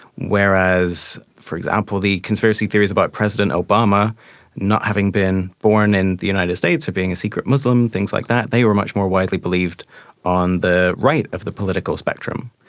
whereas, for example, the conspiracy theories about president obama not having been born in the united states or being a secret muslim, things like that, they were much more widely believed on the right of the political spectrum.